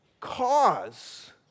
cause